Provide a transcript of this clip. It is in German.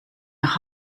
nach